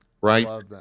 Right